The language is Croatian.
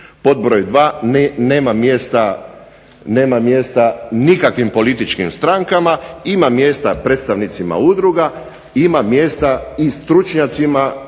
pod broj dva nema mjesta nikakvim političkim strankama, ima mjesta predstavnicima udruga, ima mjesta i stručnjacima